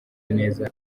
neza